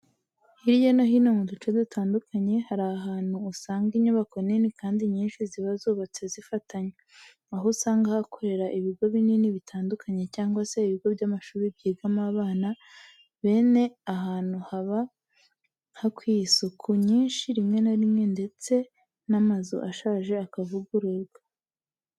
Hirya no hino mu duce dutandukanye hari ahantu usanga inyubako nini kandi nyinshi ziba zubatse zifatanye, aho usanga hakorera ibigo binini bitandukanye cyangwa se ibigo by'amashuri byigamo abana, bene ahantu haba hakwiye isuku nyinshi rimwe na rimwe ndetse n'amazu ashaje akavugururwa.